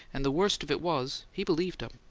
and the worst of it was he believed em.